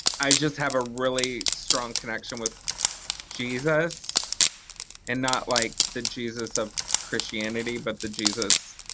i just have a really strong connection with jesus and not like the jesus of christianity but the jesus